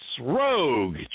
Rogue